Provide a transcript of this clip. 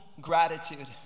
gratitude